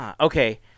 Okay